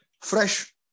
fresh